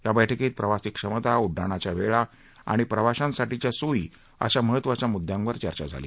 या बैठकीत प्रवासी क्षमता उड्डाणाच्या वेळा आणि प्रवाशांसाठीच्या सोयी अशा महत्वाच्या मुद्यांवर चर्चा झाली